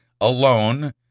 alone